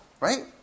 right